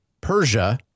Persia